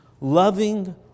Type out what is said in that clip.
loving